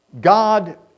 God